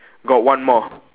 got one more